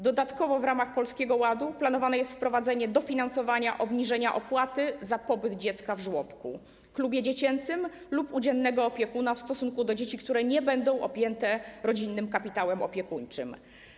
Dodatkowo w ramach Polskiego Ładu planowane jest wprowadzenie dofinansowania obniżenia opłaty za pobyt dziecka w żłobku, klubie dziecięcym lub u dziennego opiekuna w przypadku dzieci, które nie będą objęte rodzinnym kapitałem opiekuńczym.